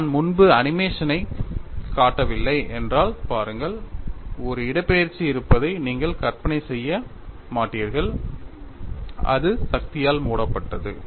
நான் முன்பு அனிமேஷனைக் காட்டவில்லை என்றால் பாருங்கள் ஒரு இடப்பெயர்ச்சி இருப்பதை நீங்கள் கற்பனை செய்ய மாட்டீர்கள் அது சக்தியால் மூடப்பட்டது